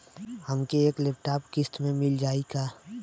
हमके एक लैपटॉप किस्त मे मिल जाई का?